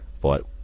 But